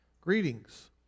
Greetings